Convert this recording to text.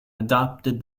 adopted